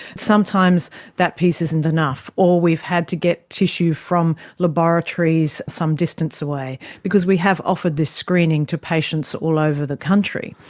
sometimes that piece isn't enough. or we've had to get tissue from laboratories some distance away, because we have offered this screening to patients all over the country.